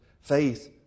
Faith